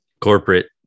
Corporate